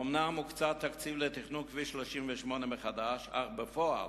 אומנם הוקצה תקציב לתכנון כביש 38 מחדש, אך בפועל,